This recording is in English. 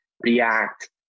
react